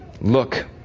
look